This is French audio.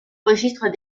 registre